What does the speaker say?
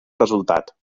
resultat